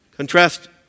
Contrast